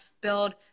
build